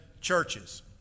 churches